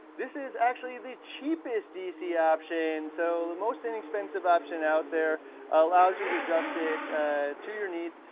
this is actually the cheapest dc option, so the most inexpensive option out there allows you to adjust it to your needs,